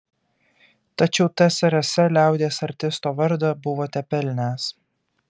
tačiau tsrs liaudies artisto vardą buvote pelnęs